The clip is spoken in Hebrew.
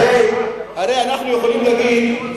הרי אנחנו יכולים להגיד,